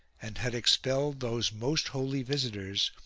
and had expelled those most holy visitors,